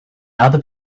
other